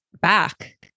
back